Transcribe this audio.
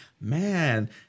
man